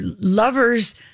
lovers